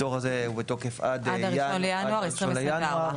הפטור הזה הוא בתוקף עד ה-1 בינואר 2024,